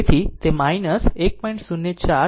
તેથી તે 1